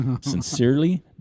Sincerely